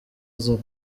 azira